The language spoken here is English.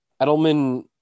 Edelman